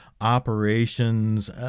operations